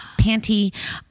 panty